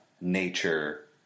nature